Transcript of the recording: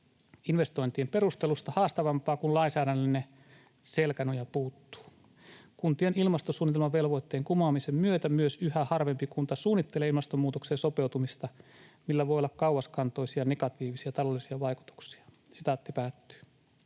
investointien perustelusta haastavampaa, kun lainsäädännöllinen selkänoja puuttuu. Kuntien ilmastosuunnitelmavelvoitteen kumoamisen myötä myös yhä harvempi kunta suunnittelee ilmastonmuutokseen sopeutumista, millä voi olla kauaskantoisia negatiivisia taloudellisia vaikutuksia.” Vielä